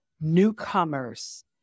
Newcomers